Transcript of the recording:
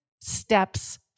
steps